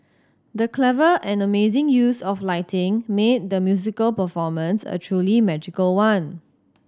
the clever and amazing use of lighting made the musical performance a truly magical one